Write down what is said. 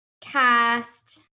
cast